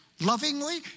lovingly